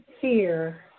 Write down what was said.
fear